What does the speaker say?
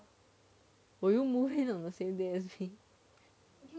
will you move in the same day you see